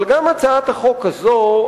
אבל גם הצעת החוק הזו,